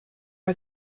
are